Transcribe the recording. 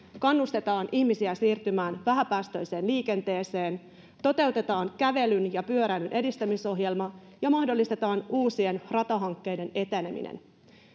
kannustetaan ihmisiä siirtymään vähäpäästöiseen liikenteeseen toteutetaan kävelyn ja pyöräilyn edistämisohjelma ja mahdollistetaan uusien ratahankkeiden eteneminen